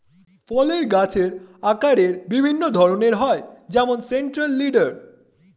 ফলের গাছের আকারের বিভিন্ন ধরন হয় যেমন সেন্ট্রাল লিডার